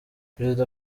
perezida